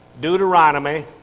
Deuteronomy